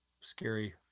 scary